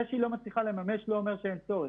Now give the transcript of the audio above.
זה שהיא לא מצליחה לממש לא אומר שאין צורך.